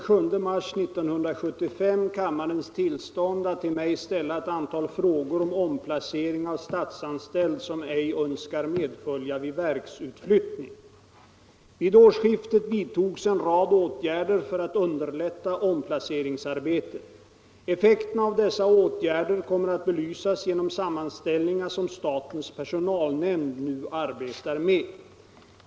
stånd att till mig ställa ett antal frågor om omplacering av statsanställd — interpellation nr 41 rad åtgärder för att underlätta omplaceringsarbetet. Effekten av dessa av statsanställd som åtgärder kommer att belysas genom sammanställningar som statens per — ej önskar medfölja sonalnämnd nu arbetar med.